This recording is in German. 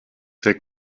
der